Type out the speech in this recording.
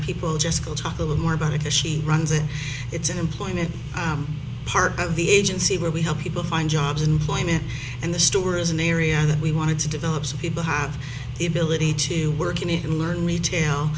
people just go talk a little more about it as she runs it it's an employment part of the agency where we help people find jobs and climate and the store is an area that we wanted to develop so people have the ability to work in it and learn retail